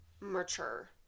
mature